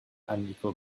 unequal